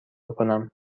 کنم